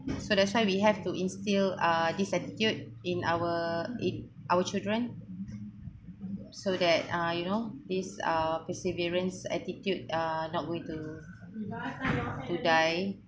so that's why we have to instill uh this attitude in our in our children so that uh you know these uh perseverance attitude are not going to to die